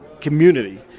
community